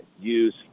use